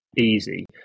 easy